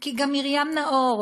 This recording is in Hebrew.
כי גם מרים נאור,